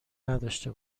نداشته